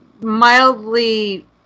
mildly